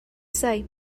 say